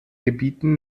gebieten